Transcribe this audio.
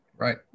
Right